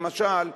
למשל,